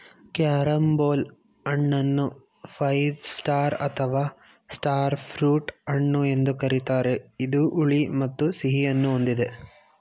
carambola ಹಣ್ಣನ್ನು five star ಅಥವಾ star fruit ಹಣ್ಣು ಎಂದು ಕರಿತಾರೆ ಇದು ಹುಳಿ ಮತ್ತು ಸಿಹಿಯನ್ನು ಹೊಂದಿದೆ